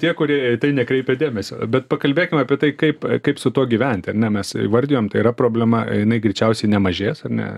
tie kurie į tai nekreipia dėmesio bet pakalbėkim apie tai kaip kaip su tuo gyventi ar ne mes įvardijom tai yra problema jinai greičiausiai nemažės ar ne